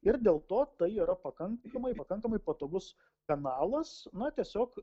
ir dėl to tai yra pakankamai pakankamai patogus kanalas na tiesiog